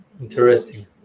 Interesting